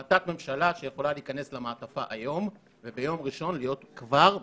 החלטת ממשלה שיכולה להיכנס למעטפה היום וביום ראשון להיות כבר מוצגת.